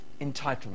entitlement